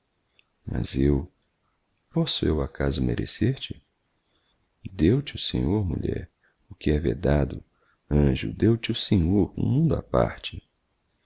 eu posso eu acaso merecer te deu te o senhor mulher o que é vedado anjo deu te o senhor um mundo á parte